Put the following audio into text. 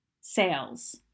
sales